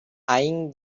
eyeing